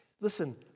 Listen